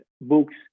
books